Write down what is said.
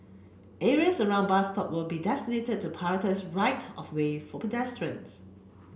areas around bus stop will be designated to prioritise right of way for pedestrians